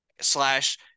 Slash